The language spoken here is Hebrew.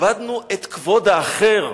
איבדנו את כבוד האחר.